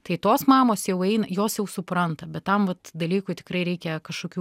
tai tos mamos jau eina jos jau supranta bet tam va dalykui tikrai reikia kažkokių